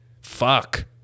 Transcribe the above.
fuck